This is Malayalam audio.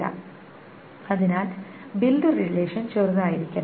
സ്ലൈഡ് സമയം 0400 കാണുക അതിനാൽ ബിൽഡ് റിലേഷൻ ചെറുതായിരിക്കണം